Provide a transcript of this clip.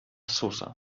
susa